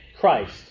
Christ